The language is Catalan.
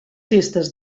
festes